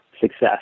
success